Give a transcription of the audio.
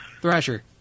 Thrasher